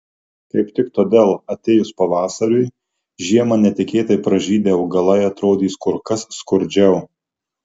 kaip tik todėl atėjus pavasariui žiemą netikėtai pražydę augalai atrodys kur kas skurdžiau